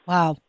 Wow